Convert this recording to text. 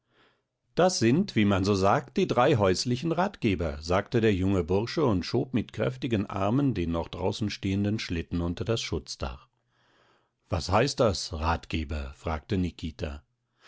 das sind wie man so sagt die drei häuslichen ratgeber sagte der junge bursche und schob mit kräftigen armen den noch draußen stehenden schlitten unter das schutzdach was heißt das ratgeber fragte nikita